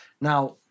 Now